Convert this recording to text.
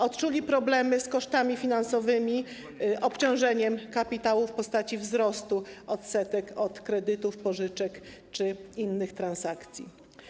Odczuli problemy związane z kosztami finansowymi, obciążeniem kapitału w postaci wzrostu odsetek od kredytów, pożyczek czy innych transakcji.